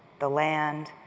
the land,